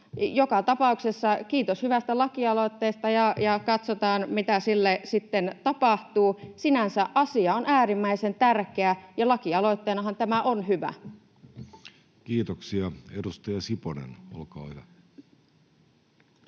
joka tapauksessa kiitos hyvästä lakialoitteesta ja katsotaan, mitä sille sitten tapahtuu. Sinänsä asia on äärimmäisen tärkeä, ja lakialoitteenahan tämä on hyvä. [Speech 43] Speaker: